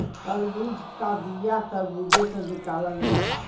तरबूजे का बिआ तर्बूजे से निकालल जाला